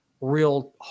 real